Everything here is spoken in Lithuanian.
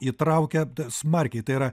įtraukia smarkiai tai yra